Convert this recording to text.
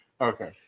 Okay